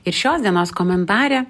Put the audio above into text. ir šios dienos komentare